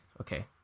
Okay